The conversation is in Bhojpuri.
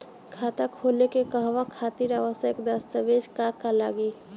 खाता खोले के कहवा खातिर आवश्यक दस्तावेज का का लगी?